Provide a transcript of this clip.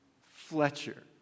Fletcher